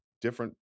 different